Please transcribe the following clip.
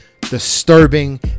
disturbing